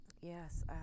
Yes